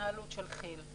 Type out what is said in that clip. ההתנהלות של כי"ל,